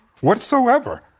whatsoever